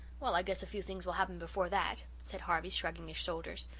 well, i guess a few things will happen before that, said harvey shrugging his shoulders.